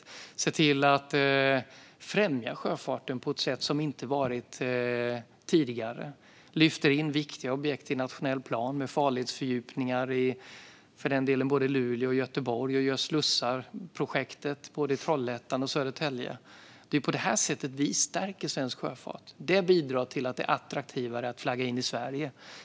Vi har sett till att främja sjöfarten på ett sätt som inte gjorts tidigare. Vi lyfter in viktiga objekt i den nationella planen med farledsfördjupningar i både Luleå och Göteborg och projektet för slussar i Trollhättan och Södertälje. På detta sätt stärker vi svensk sjöfart. Det bidrar till att det blir attraktivare att flagga in i Sverige.